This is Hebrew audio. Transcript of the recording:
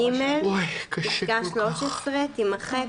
(ג) פסקה (13) תימחק.